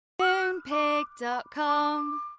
Moonpig.com